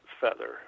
feather